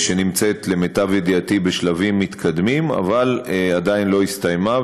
ולמיטב ידיעתי היא נמצאת בשלבים מתקדמים אבל עדיין לא הסתיימה.